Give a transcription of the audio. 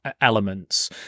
elements